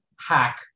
hack